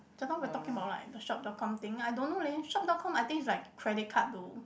just now we're talking about like the shop dot com thing I don't know leh shop dot com I think is like credit card though